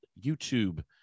YouTube